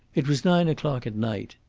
it was nine o'clock at night.